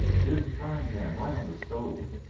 here's the frying pan right on the stove.